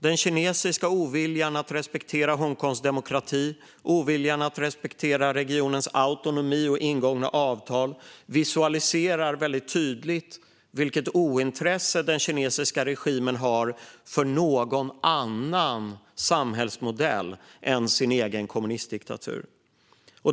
Den kinesiska oviljan att respektera Hongkongs demokrati, regionens autonomi och ingångna avtal visar tydligt vilket ointresse den kinesiska regimen har för någon annan samhällsmodell än sin egen kommunistdiktatur.